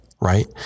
right